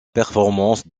performance